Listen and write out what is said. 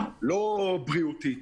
לא בריאותית,